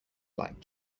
black